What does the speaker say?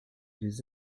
les